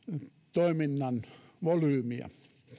toiminnan volyymiä